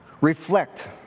Reflect